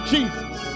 Jesus